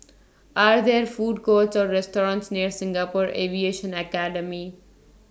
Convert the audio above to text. Are There Food Courts Or restaurants near Singapore Aviation Academy